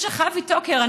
אני חושבת שחוי טוקר,